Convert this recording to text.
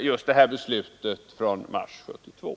just det här beslutet från mars 1972.